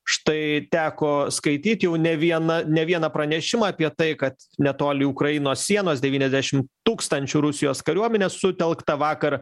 štai teko skaityt jau ne vieną ne vieną pranešimą apie tai kad netoli ukrainos sienos devyniasdešim tūkstančių rusijos kariuomenės sutelkta vakar